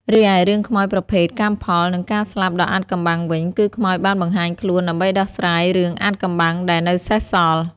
រីឯរឿងខ្មោចប្រភេទ កម្មផល និងការស្លាប់ដ៏អាថ៌កំបាំងវិញ គឺខ្មោចបានបង្ហាញខ្លួនដើម្បីដោះស្រាយរឿងអាថ៌កំបាំងដែលនៅសេសសល់។